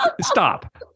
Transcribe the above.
Stop